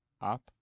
up